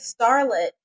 starlet